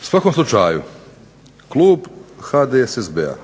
U svakom slučaju, klub HDSSB-a